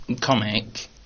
comic